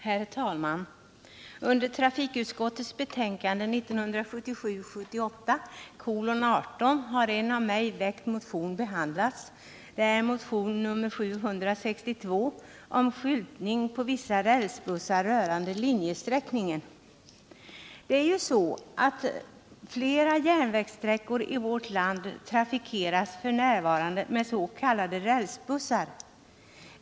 Herr talman! I trafikutskottets betänkande 1977/78:18 har en av mig väckt motion behandlats — det är motionen 762 om skyltning på vissa s.k. rälsbussar rörande linjesträckningen. Det är ju så att flera järnvägssträckor i vårt land f.n. trafikeras med rälsbussar.